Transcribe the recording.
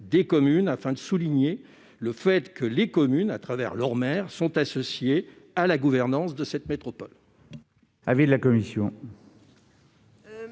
des communes », afin de souligner le fait que les communes, au travers de leur maire, sont associées à la gouvernance de cette métropole.